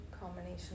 Combination